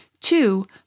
two